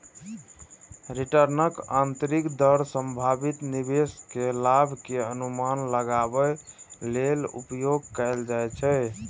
रिटर्नक आंतरिक दर संभावित निवेश के लाभ के अनुमान लगाबै लेल उपयोग कैल जाइ छै